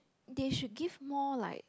they should give more like